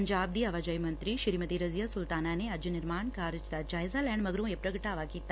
ਪੰਜਾਬ ਦੀ ਆਵਾਜਾਈ ਮੰਤਰੀ ਸ੍ੀਮਤੀ ਰਜ਼ੀਆ ਸੁਲਤਾਨਾ ਨੇ ਅੱਜ ਨਿਰਮਾਣ ਕਾਰਜ ਦਾ ਜਾਇਜ਼ਾ ਲੈਣ ਮਗਰੋਂ ਇਹ ਪ੍ਰਗਟਾਵਾ ਕੀਤਾ